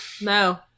no